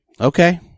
Okay